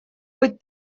быть